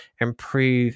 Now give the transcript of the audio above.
improve